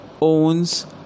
owns